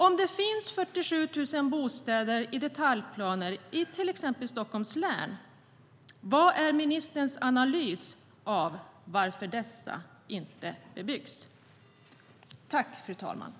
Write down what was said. Om det finns 47 000 bostäder beslutade i detaljplaner i till exempel Stockholms län, vad är ministerns analys av varför dessa inte byggs?